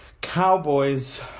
Cowboys